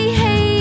hey